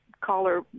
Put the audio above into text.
caller